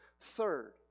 Third